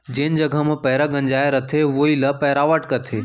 जेन जघा म पैंरा गंजाय रथे वोइ ल पैरावट कथें